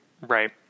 right